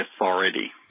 authority